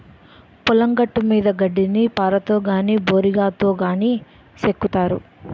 పొలం గట్టుమీద గడ్డిని పారతో గాని బోరిగాతో గాని సెక్కుతారు